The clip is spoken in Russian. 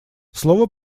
слово